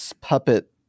puppet